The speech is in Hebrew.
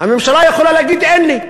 הממשלה יכולה להגיד אין לי.